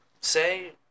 say